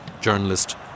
journalist